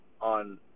on